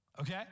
Okay